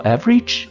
Average